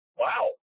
wow